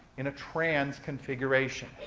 in a trans configuration,